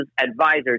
advisors